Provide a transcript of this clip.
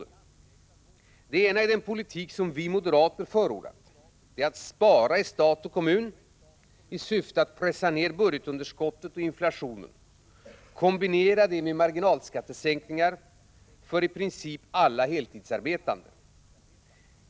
Den ena möjligheten är den politik vi moderater förordar, nämligen att spara i stat och kommun i syfte att pressa ned budgetunderskottet och inflationen, kombinerat med marginalskattesänkningar för i princip alla heltidsarbetande.